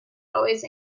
always